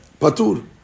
Patur